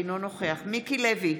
אינו נוכח מיקי לוי,